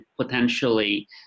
potentially